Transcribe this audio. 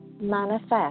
manifest